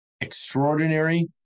extraordinary